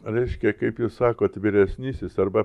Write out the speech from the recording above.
reiškia kaip jūs sakot vyresnysis arba